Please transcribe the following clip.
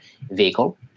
vehicle